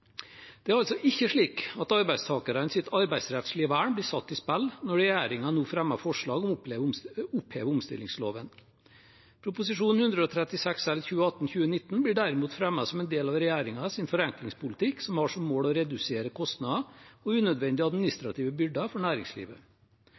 Det er altså ikke slik at arbeidstakernes arbeidsrettslige vern blir satt i spill når regjeringen nå fremmer forslag om å oppheve omstillingsloven. Prop. 136 L for 2018–2019 blir derimot fremmet som en del av regjeringens forenklingspolitikk som har som mål å redusere kostnader og